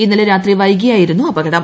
ഇന്നലെ രാത്രി വൈകിയായിരുന്നു അപകടം